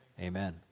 Amen